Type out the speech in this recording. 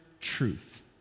truth